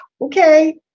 okay